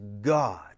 God